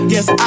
Yes